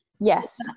Yes